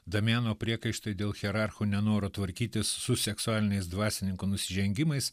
damiano priekaištai dėl hierarchų nenoro tvarkytis su seksualiniais dvasininkų nusižengimais